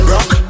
Rock